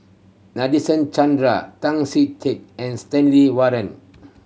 Nadasen Chandra Tan Chee Teck and Stanley Warren